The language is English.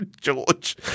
George